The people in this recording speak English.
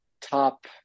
top